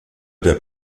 der